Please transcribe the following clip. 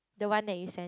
the one that you send